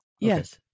Yes